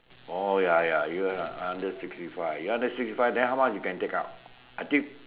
oh ya ya you are under sixty five you under sixty five then how much you can take out I think